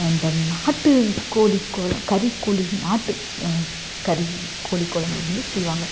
இந்த நாட்டுக்கோழி கொழ கறிக்கோழி நாட்டு கறி கோழி கொழம்பு வந்து செய்வாங்க